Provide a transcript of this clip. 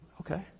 Okay